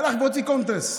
הלך והוציא קונטרס.